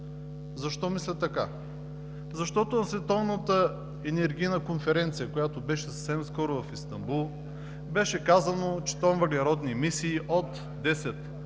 Защо мисля така? Защото на Световната енергийна конференция, която беше съвсем скоро в Истанбул, беше казано, че тон въглеродни емисии от 10 евро